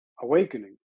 awakening